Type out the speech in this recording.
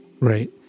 right